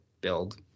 build